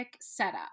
setup